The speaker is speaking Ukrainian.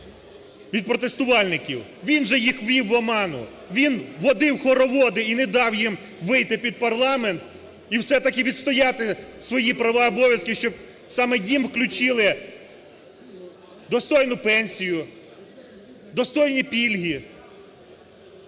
він же їх ввів в оману, він водив хороводи і не дав їм вийти під парламент і все-таки відстояти свої права, обов'язки, щоб саме їм включили достойну пенсію, достойні пільги.